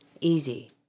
easy